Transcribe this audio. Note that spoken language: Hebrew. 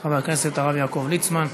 חבר הכנסת הרב יעקב ליצמן.